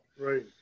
Right